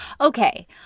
Okay